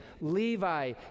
Levi